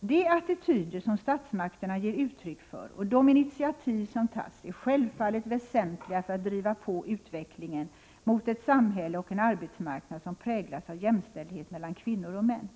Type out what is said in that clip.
De attityder som statsmakterna ger uttryck för och de initiativ som tas är självfallet väsentliga för att driva på utvecklingen mot ett samhälle och en arbetsmarknad som präglas av jämställdhet mellan kvinnor och män.